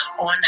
on